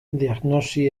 diagnosi